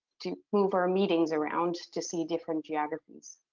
to move our meetings around to see different geographies.